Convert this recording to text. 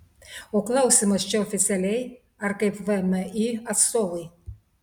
o klausimas čia oficialiai ar kaip vmi atstovui